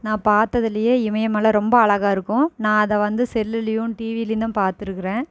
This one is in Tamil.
நான் பாத்ததுலேயே இமயமலை ரொம்ப அழகாக இருக்கும் நான் அதை வந்து செல்லுலேயும் டிவிலேயும் தான் பார்த்துருக்குறேன்